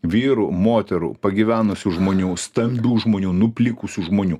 vyrų moterų pagyvenusių žmonių stambių žmonių nuplikusių žmonių